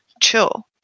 Chill